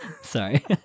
Sorry